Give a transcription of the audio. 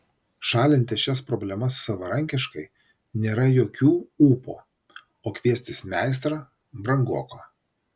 šalinti šias problemas savarankiškai nėra jokių ūpo o kviestis meistrą brangoka